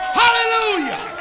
hallelujah